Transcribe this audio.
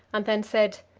and then said,